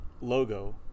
logo